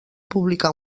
publicar